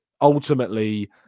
ultimately